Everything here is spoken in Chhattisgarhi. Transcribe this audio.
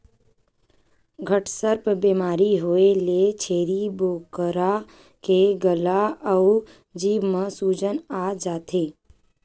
घटसर्प बेमारी होए ले छेरी बोकरा के गला अउ जीभ म सूजन आ जाथे